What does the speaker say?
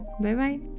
Bye-bye